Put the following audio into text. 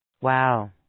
Wow